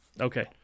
Okay